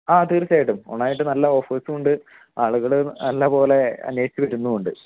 ആ തീർച്ചയായിട്ടും ഓണമായിട്ട് നല്ല ഓഫേഴ്സും ഉണ്ട് ആളുകൾ നല്ലത് പോലെ അന്വേഷിച്ച് വരുന്നുണ്ട്